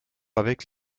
avec